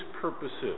purposes